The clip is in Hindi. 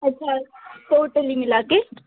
अच्छा टोटली मिला कर